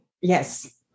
Yes